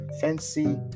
fancy